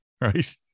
right